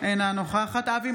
אינה נוכחת אבי